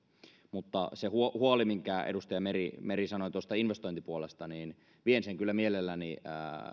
mutta sen huolen minkä edustaja meri meri sanoi tuosta investointipuolesta vien kyllä mielelläni